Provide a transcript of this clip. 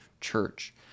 church